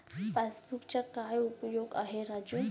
पासबुकचा काय उपयोग आहे राजू?